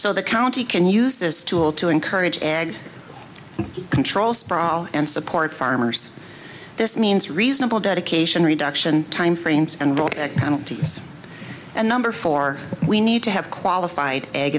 so the county can use this tool to encourage ag control sprawl and support farmers this means reasonable dedication reduction timeframes and what counties and number four we need to have qualified egg